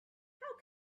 how